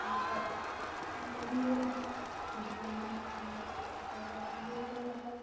ଆଉ ତ ଗୋଟେ ହିନ୍ଦୀ ଗୋଟେ ଭାଷା ସମସ୍ତେ ଜାଣିଛନ୍ତି ସେମାନେ ଆସିବେ ଗୋଟେ ହିନ୍ଦୀ ଗୋଟିଏ ଭାଷା